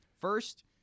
First